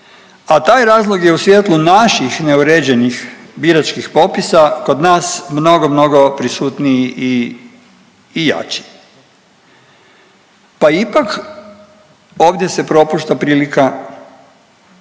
a taj razlog je u svjetlu naših neuređenih biračkih popisa kod nas mnogo, mnogo prisutniji i jači pa ipak ovdje se propušta prilika